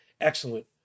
excellent